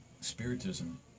spiritism